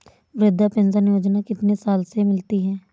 वृद्धा पेंशन योजना कितनी साल से मिलती है?